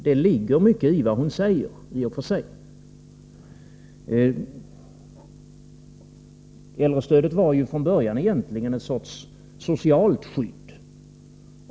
Det ligger mycket i vad hon säger i och för sig. Äldrestödet var från början egentligen ett slags socialt skydd.